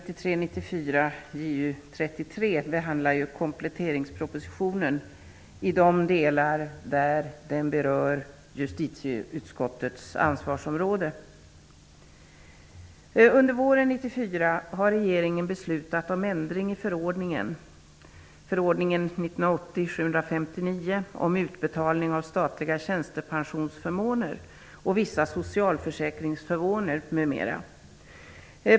I justitieutskottets betänkande Under våren 1994 har regeringen beslutat om ändring i förordningen 1980:759 om utbetalning av statliga tjänstepensionsförmåner och vissa socialförsäkringsförmåner, m.m.